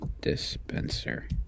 dispenser